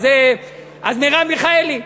אז מרב מיכאלי.